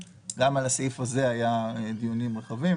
גם על הסעיף הזה היו דיונים מורכבים.